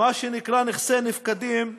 הנקראות "נכסי נפקדים",